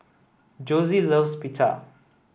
Josie loves Pita